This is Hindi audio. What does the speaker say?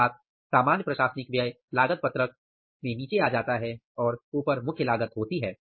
अर्थात सामान्य प्रशासनिक व्यय लागत पत्रक में नीचे आ जाता है और ऊपर मुख्य लागत होती है